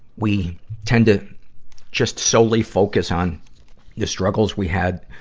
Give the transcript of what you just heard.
we tend to just solely focus on the struggles we had